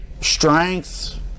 strength